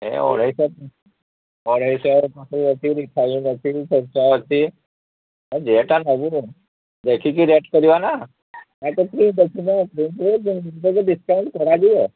ଏ ଅଢ଼େଇଶହ ଅଢ଼େଇଶହ ଅଛି ରିଫାଇନ୍ ଅଛି ସୋରିଷ ଅଛି ହଁ ଯେଉଁଟା ନେବୁ ନେ ଦେଖିକି ରେଟ୍ କରିବା ନା ନାହିଁତ ତୁ ଦେଖୁନୁ ପରେ ଡିସକାଉଣ୍ଟ୍ କରାଯିବ